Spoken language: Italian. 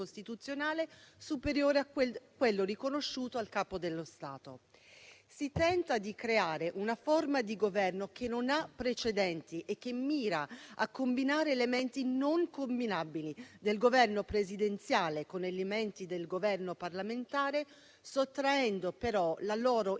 costituzionale superiore a quello riconosciuto al Capo dello Stato. Si tenta di creare una forma di governo che non ha precedenti e che mira a combinare elementi non combinabili del governo presidenziale con elementi del governo parlamentare, sottraendo però la loro impostazione